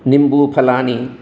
निम्बूफलानि